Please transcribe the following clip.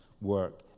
work